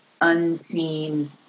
unseen